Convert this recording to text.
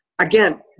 again